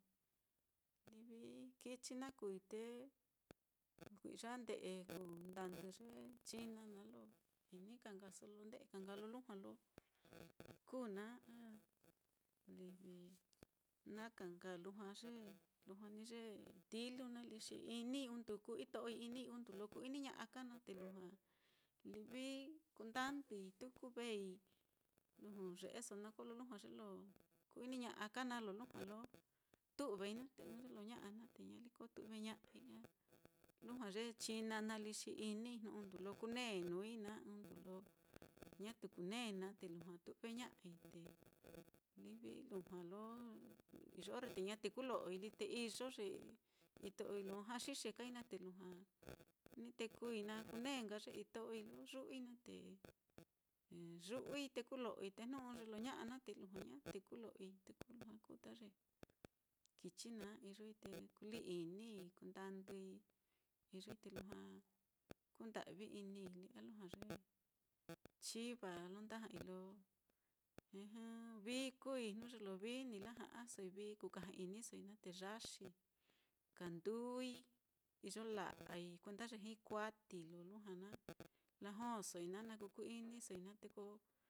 Livi kichi na kuui te kui'ya nde'e kundadu ye china naá lo ini ka nkaso lo nde'e ka nka lo lujua lo kuu naá a livi na ka nka lujua ye, lujua ní ye tilu naá lí xi inii undu kuu ito'oi, inii undu lo ku-ini ña'a ka na te lujua livi kundandui tuku vei luju ye'eso naá, kolo lujua ye lo ku-iniña'a ka naá lo lujua lo tu'vei naá, te ɨ́ɨ́n ye lo ña'a naá, te ñaliko tu'veña'ai a lujua ye china naá lí xi inii undu lo kunēē nuui naá, undu lo ñatu kunēē naá te lujua tu've ña'ai te livi lujua lo iyo orre te ña teku lo'oi lí, te iyo ye ito'oi lo jaxixe kai naá, te lujua ni tekui na kunēē nka ye ito'oi lo yu'ui naá te yu'ui teku lo'oi te jnu ɨ́ɨ́n ye lo ña'a naá te lujua ña tekulo'oi, te ko lujua kuu ta ye kichi naá, iyoi te kulɨ-inii, kundandui, iyoi te lujua kunda'vi-inii lí, a lujua ye chiva á lo nda ja'ai lo vií kuui jnu ye lo vií ni laja'asoi vií kukaja-inisoi naá, te yaxi kanduui, iyo la'ai kuenda ye uati lo lujua na lajosoi naá, na kuku-inisoi naá te ko.